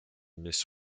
miss